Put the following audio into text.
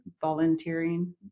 volunteering